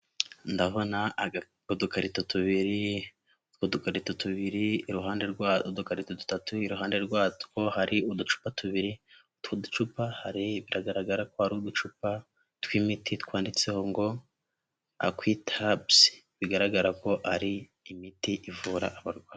Ndabona udukarito tubiri udukarito tubiri iruhande rw'udukarito dutatu iruhande rwatwo hari uducupa tubiri utwoducupa hari biragaragara ko ari uducupa tw'imiti twanditseho ngo aqutaps bigaragara ko ari imiti ivura abarwayi.